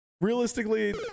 Realistically